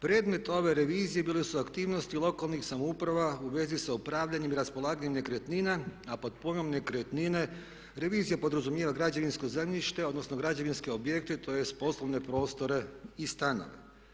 Predmet ove revizije bile su aktivnosti lokalnih samouprava u vezi sa upravljanjem, raspolaganjem nekretnina a pod pojmom nekretnine revizija podrazumijeva građevinsko zemljište odnosno građevinske objekte tj. poslovne prostore i stanove.